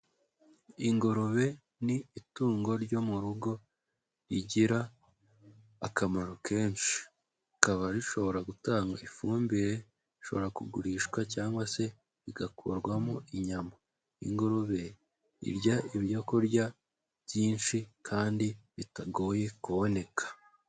Ingurube ni itungo ryo mu rugo rigira akamaro kenshi, rikaba rishobora gutanga ifumbire, rishobora kugurishwa cyangwa se igakurwamo inyama. Ingurube irya ibyo kurya byinshi kandi bitagoye kuboneka.